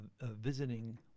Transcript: visiting